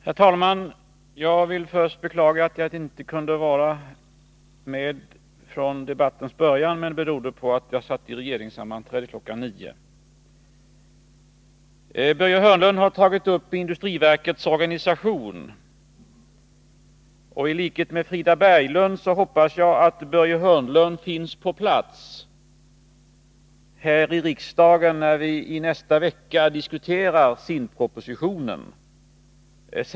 Herr talman! Jag vill först beklaga att jag inte kunde vara med från debattens början, men det beror på att jag satt i regeringssammanträde kl. 09.00. Börje Hörnlund har tagit upp industriverkets organisation, och i likhet med Frida Berglund hoppas jag att Börje Hörnlund finns på plats här i riksdagen när vi i nästa vecka diskuterar SIND-propositionen.